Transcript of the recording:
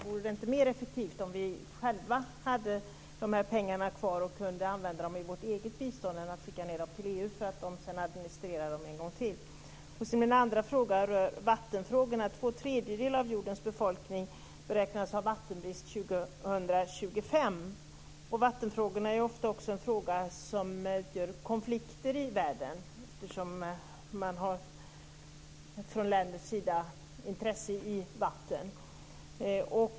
Vore det inte mer effektivt om Sverige självt hade dessa pengar kvar och kunde använda dem i eget bistånd i stället för att skicka ned dem till EU för att man där ska administrera dem en gång till? Min andra fråga rör vatten. Två tredjedelar av jordens befolkning beräknas ha vattenbrist 2025. Vattenfrågorna är ofta också en fråga som utgör konflikter i världen eftersom man från olika länders sida har intressen i vatten.